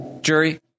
jury